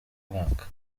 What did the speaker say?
mwaka